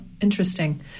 interesting